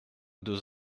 deux